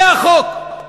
זה החוק.